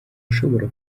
ushobora